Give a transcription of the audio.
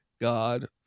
god